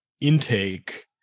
intake